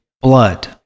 blood